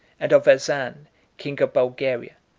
and of azan king of bulgaria.